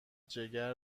جگر